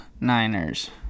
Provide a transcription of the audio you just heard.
Niners